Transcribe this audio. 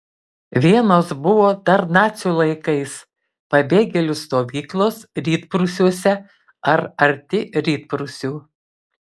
vienos buvo dar nacių laikais pabėgėlių stovyklos rytprūsiuose ar arti rytprūsių